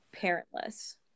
parentless